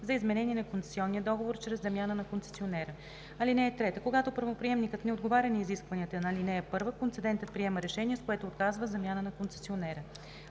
за изменение на концесионния договор чрез замяна на концесионера. (3) Когато правоприемникът не отговаря на изискванията на ал. 1, концедентът приема решение, с което отказва замяната на концесионера.